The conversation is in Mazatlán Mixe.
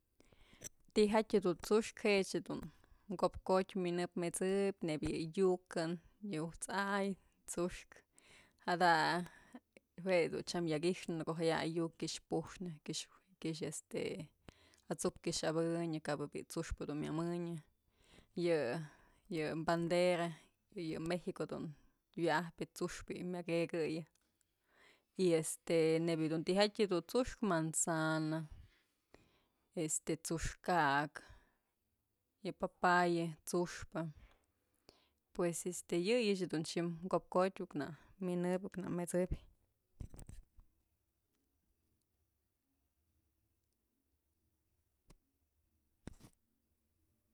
Tijatyë dun t'sukë jëch dun ko'op jotyë minëp met'sëbyë nebyë yë yukën, yë ujt's a'ay t'suxkë jada jue dun chyam yak i'ixpë ko'o jaya'ay yuk kyëx puxnë kyu kyëx este at'suk kyëx abëkyë kap bi'i t'suxpë dun myëmënyë yë yë bandera yë mexico dun wyajpyë t'suxkë bi'i myëkëkëyë y este neyb tijatyë dun t'suxkë manzana, este t'suxkë ka'ak, yë papaya t'suxpë pues este yëyëch dun xi'im ko'op kotyë iuk në minëp iuk në met'sëbyë.